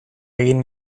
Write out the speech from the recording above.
egin